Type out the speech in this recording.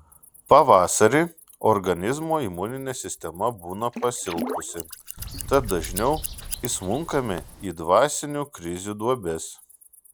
pavasarį organizmo imuninė sistema būna pasilpusi tad dažniau įsmunkame į dvasinių krizių duobes